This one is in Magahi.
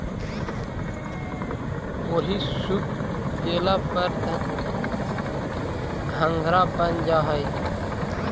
ओहि सूख गेला पर घंघरा बन जा हई